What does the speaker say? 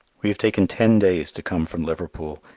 we have taken ten days to come from liverpool.